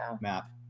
map